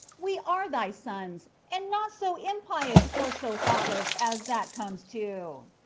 we are thy sons, and not so impious or so thoughtless as that comes to,